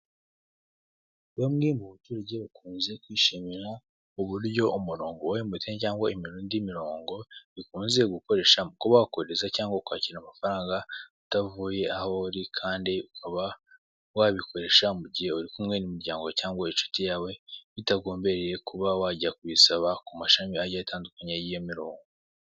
Bamwe mu baturage bakunze kwishimira uburyo umurongo wa emutiyene cyangwa indi mirongo bikunze gukoresha mu kuba wakohereza cyangwa kwakira amafaranga utavuye aho uri, kandi ukaba wabikoresha mu gihe uri kumwe n'umuryango cyangwa inshuti yawe bitagombyeye kuba wajya kubisaba ku mashami agiye atandukanye y'iyo mirongo.